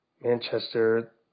Manchester